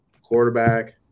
quarterback